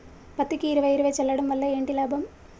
పత్తికి ఇరవై ఇరవై చల్లడం వల్ల ఏంటి లాభం?